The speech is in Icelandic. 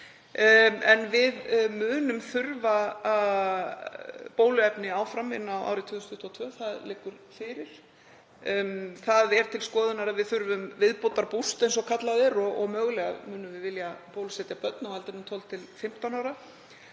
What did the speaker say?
en við munum þurfa bóluefni áfram inn á árið 2022. Það liggur fyrir. Það er til skoðunar að við þurfum „viðbótar-búst“, eins og kallað er, og mögulega munum við vilja bólusetja börn á aldrinum 12–15 ára.